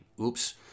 Oops